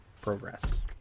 Progress